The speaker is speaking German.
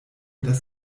dass